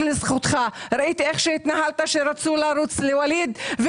לזכותך ראיתי איך התנהלת כשרצו לרוץ לווליד,